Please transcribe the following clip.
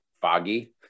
foggy